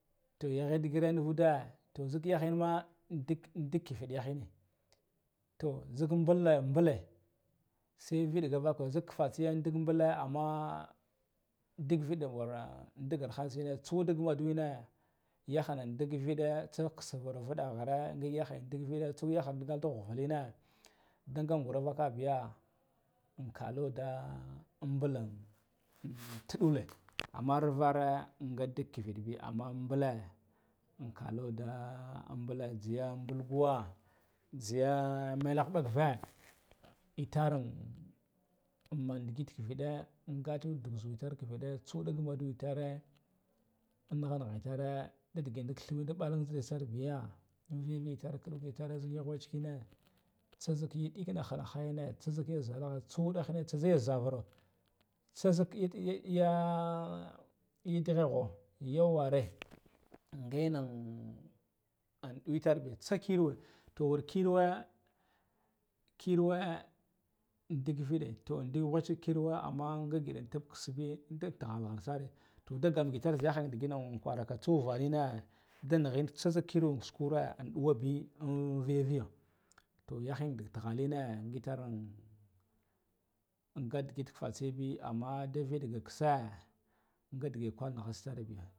navuda toh zik yakhy ma ndik ƙibiɗ yaheneh toh zik mbule mbule sai viɗige vagho zik fatseya ndik nibule, amma ndik viɗige wura ndik tsawuran mbule duneh yakhya ndik viɗige tsekis wu viɗige ghara ghayahayan ndik viɗige tsuk vur vuɗa ghre ndik yakhang ndik vida nga ngagura ka vaka biya nkalo da imbule in tubule. Ammar vara nga tik kiviɗ bi amma mbule nkalo da mbule jziya mbul hulva ziya maladva itare an man ndikhet keviɗige angathul dukh zuwatar keviɗige tsawuɗik mbuledu itare an nagha itare dadigh ndik anthiɗ inzhiɗa sar biya anvighitar khanef itare zik ya ghwaehke neh tsazik yathek hanma haiyeneh tsazik yazalage tsawuthah tseyan zavuro tsazik ya ya dughwedho ya ware gahyene an itarbe tsakilhu tok, toh wara kiluwe a ndik viɗige to ndik ghwachke kinwea anma nga giɗa in khasbe da tighal gharsare toh a gamgitare ziyahayan digitan kwargaka tsa uvanith da nighen tsazik kiras kure anɗuwa be an viyoyo toh yahen dik tighaline ghitaren angath digth fatseya be amma da viɗige kitsa gaɗigh kwar naghats itar biye.